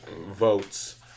votes